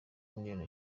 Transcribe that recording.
miliyoni